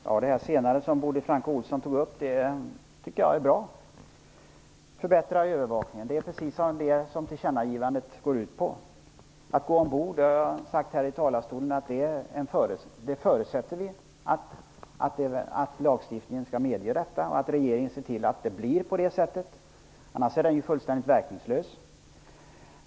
Herr talman! Det senaste som Bodil Francke Ohlsson tog upp tycker jag är bra. Att förbättra övervakningen är ju precis det som tillkännagivandet går ut på. Att det skall vara möjligt att gå ombord på fartygen förutsätter vi att lagstiftningen kommer att medge och att regeringen ser till att det blir på det sättet, annars är den ju fullständigt verkningslös.